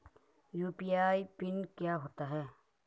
UPI pin क्या होता है?